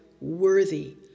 worthy